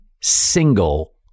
single –